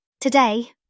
Today